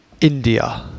India